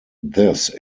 this